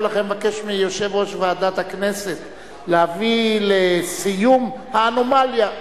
ולכן אני מבקש מיושב-ראש ועדת הכנסת להביא לסיום האנומליה.